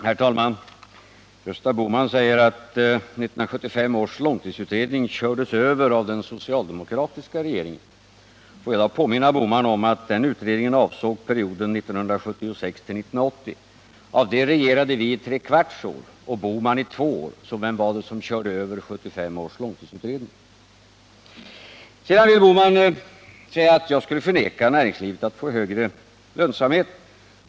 Herr talman! Gösta Bohman säger att 1975 års långtidsutredning kördes över av den socialdemokratiska regeringen. Får jag då påminna Gösta Bohman om att den utredningen avsåg perioden 1976-1980. Under den perioden regerade vi i tre kvarts år och Gösta Bohman i två år, så vem var det som körde över 1975 års långtidsutredning? Herr Bohman säger att jag vill förvägra näringslivet en högre lönsamhet.